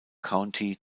county